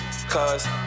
Cause